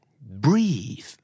breathe